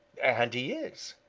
and he is,